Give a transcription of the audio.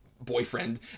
boyfriend